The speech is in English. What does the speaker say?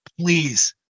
please